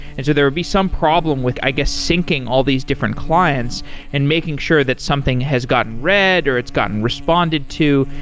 and there would be some problem with i guess, syncing all these different clients and making sure that something has gotten red, or it's gotten responded to.